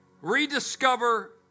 Rediscover